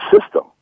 system